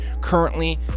currently